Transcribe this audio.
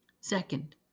Second